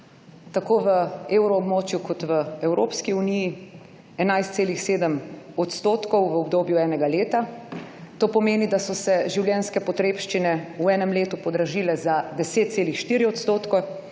tako v evroobmočju kot v Evropski uniji 11,7 odstotkov v obdobju enega leta. To pomeni, da so se življenjske potrebščine v enem letu podražile za 10,4 odstotkov,